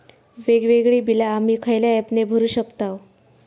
वेगवेगळी बिला आम्ही खयल्या ऍपने भरू शकताव?